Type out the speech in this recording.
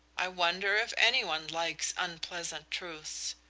i wonder if any one likes unpleasant truths.